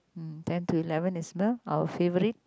mm ten to eleven is know our favourite